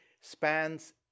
spans